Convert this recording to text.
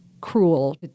cruel